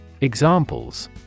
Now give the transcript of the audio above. Examples